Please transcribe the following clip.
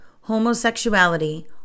homosexuality